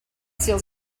seals